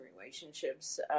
relationships